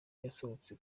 yasohotse